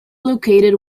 located